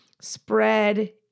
spread